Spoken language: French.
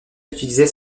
utilisait